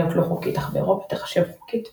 לא חוקית אך באירופה היא תחשב חוקית,